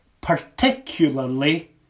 particularly